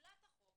תחולת החוק